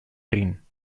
rin